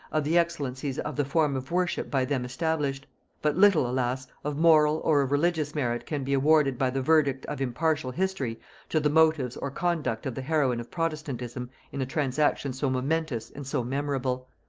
of the excellencies of the form of worship by them established but little, alas! of moral or of religious merit can be awarded by the verdict of impartial history to the motives or conduct of the heroine of protestantism in a transaction so momentous and so memorable.